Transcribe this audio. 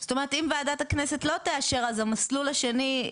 זאת אומרת אם ועדת הכנסת לא תאשר אז המסלול השני,